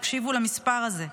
תקשיבו למספר הזה,